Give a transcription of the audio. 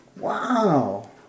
Wow